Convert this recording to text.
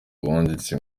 wanditse